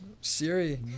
siri